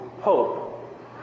hope